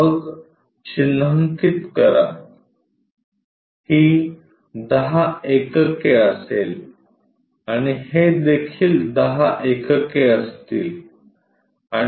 मग चिन्हांकित करा ही 10 एकके असेल आणि हे देखील 10 एकके असतील आणि हे 80 असेल